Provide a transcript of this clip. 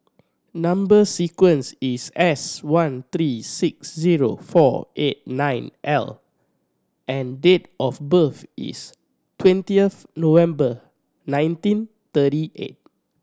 number sequence is S one three six zero four eight nine L and date of birth is twentieth November nineteen thirty eight